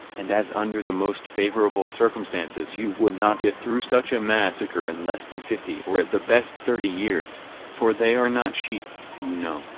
and as under the most favorable circumstances you would not get through such a massacre in less than fifty or at the best thirty years for they are not sheep, you know,